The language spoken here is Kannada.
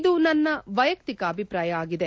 ಇದು ನನ್ನ ವೈಯಕ್ತಿಕ ಅಭಿಪ್ರಾಯ ಆಗಿದೆ